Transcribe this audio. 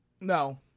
No